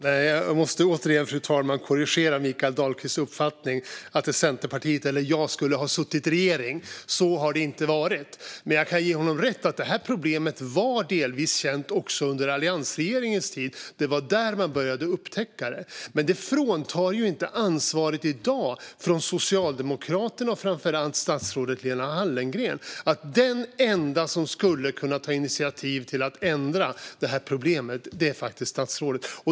Fru talman! Jag måste återigen korrigera Mikael Dahlqvists uppfattning att Centerpartiet eller jag skulle ha suttit i regeringen. Så har det inte varit. Jag kan dock ge honom rätt i att problemet var delvis känt också under alliansregeringens tid. Det var då man började upptäcka det. Men det fråntar inte Socialdemokraterna och framför allt statsrådet Lena Hallengren ansvaret i dag. Den enda som skulle kunna ta initiativ till att lösa problemet är statsrådet.